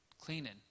cleaning